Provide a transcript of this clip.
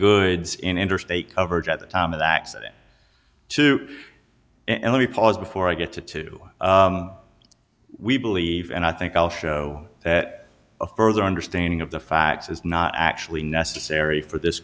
goods in interstate coverage at the time of the accident two and let me pause before i get to two we believe and i think i'll show that a further understanding of the facts is not actually necessary for this